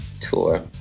tour